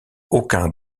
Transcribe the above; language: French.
aucun